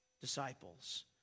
disciples